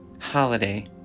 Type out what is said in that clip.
holiday